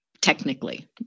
technically